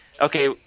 okay